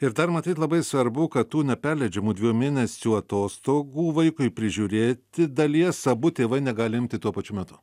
ir dar matyt labai svarbu kad tų neperleidžiamų dviejų mėnesių atostogų vaikui prižiūrėti dalies abu tėvai negali imti tuo pačiu metu